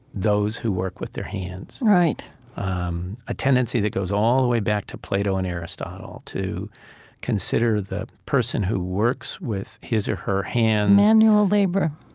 those who work with their hands right um a tendency that goes all the way back to plato and aristotle, to consider the person who works with his or her hands, manual labor,